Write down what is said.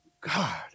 God